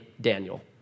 Daniel